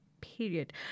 Period